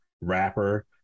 rapper